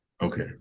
Okay